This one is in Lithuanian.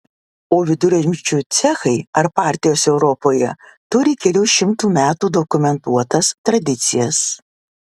o viduramžių cechai ar partijos europoje turi kelių šimtų metų dokumentuotas tradicijas